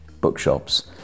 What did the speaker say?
bookshops